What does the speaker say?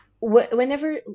whenever